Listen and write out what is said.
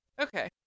Okay